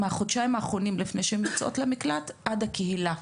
מן החודשיים האחרונים לפני שהן יוצאות מן המקלט ועד שיגיעו לקהילה.